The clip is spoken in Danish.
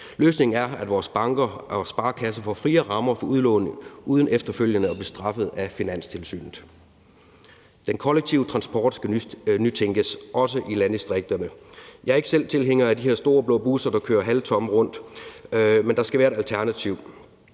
Løsningen er, at vores banker og sparekasser får friere rammer for udlån uden efterfølgende at blive straffet af Finanstilsynet. Den kollektive transport skal nytænkes, også i landdistrikterne. Jeg er ikke selv tilhænger af de her store blå busser, der kører halvtomme rundt, men der skal være et alternativ.